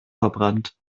verbrannt